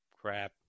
crap